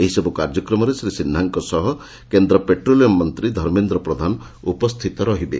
ଏହିସବୁ କାର୍ଯ୍ୟକ୍ରମରେ ଶ୍ରୀ ସିହ୍ବାଙ୍କ ସହ କେନ୍ଦ୍ର ପେଟ୍ରୋଲିୟମ୍ ମନ୍ତୀ ଧର୍ମେନ୍ଦ୍ର ପ୍ରଧାନ ଉପସ୍ଷିତ ରହିବେ